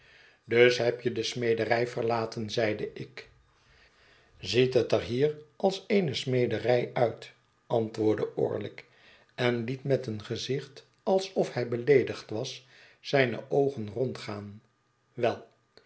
dus heb je de smederij verlaten zeide ik ziet het er hier als eene smederij uit antwoordde orlick en liet met een gezicht alsof hij beleedigd was zijne oogen rondgaan